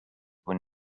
were